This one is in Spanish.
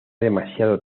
demasiado